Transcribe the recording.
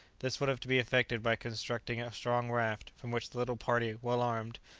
this would have to be effected by constructing a strong raft, from which the little party, well armed,